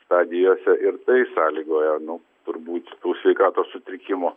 stadijose ir tai sąlygoja nu turbūt tų sveikatos sutrikimų